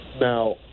Now